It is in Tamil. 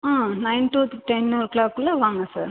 ஆ நயன் டூ டென் ஓ கிளாக்குள் வாங்க சார்